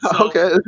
okay